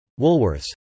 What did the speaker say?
Woolworths